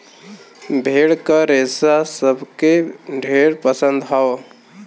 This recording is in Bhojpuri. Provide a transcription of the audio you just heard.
भेड़ क रेसा सबके ढेर पसंद हौ